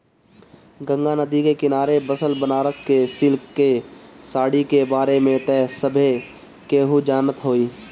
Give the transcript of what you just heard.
गंगा नदी के किनारे बसल बनारस के सिल्क के साड़ी के बारे में त सभे केहू जानत होई